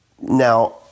Now